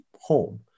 home